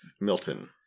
Milton